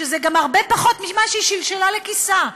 שזה גם הרבה פחות ממה שהיא שלשלה לכיסה,